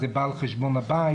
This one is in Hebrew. זה בא על חשבון הבית,